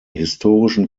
historischen